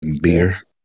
beer